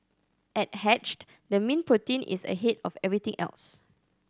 at Hatched the mean protein is ahead of everything else